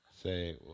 Say